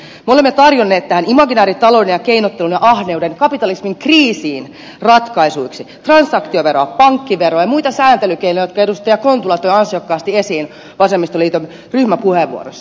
me olemme tarjonneet tähän imaginääritalouden ja keinottelun ja ahneuden kapitalismin kriisiin ratkaisuiksi transaktioveroa pankkiveroa ja muita sääntelykeinoja jotka edustaja kontula toi ansiokkaasti esiin vasemmistoliiton ryhmäpuheenvuorossa